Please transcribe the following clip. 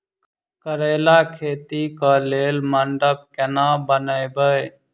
करेला खेती कऽ लेल मंडप केना बनैबे?